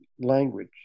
language